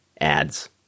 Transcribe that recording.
ads